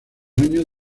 años